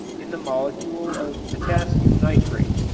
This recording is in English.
in the molecule of potassium nitrate,